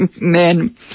men